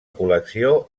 col·lecció